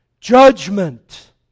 Judgment